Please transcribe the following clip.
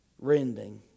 rending